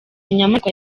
inyamaswa